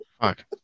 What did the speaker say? Fuck